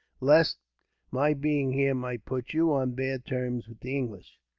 lest my being here might put you on bad terms with the english.